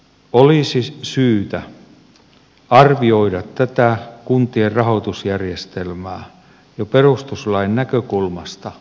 olisi syytä arvioida tätä kuntien rahoitusjärjestelmää jo perustuslain näkökulmasta